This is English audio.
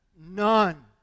None